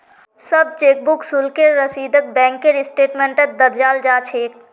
सब चेकबुक शुल्केर रसीदक बैंकेर स्टेटमेन्टत दर्शाल जा छेक